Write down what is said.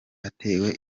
atewe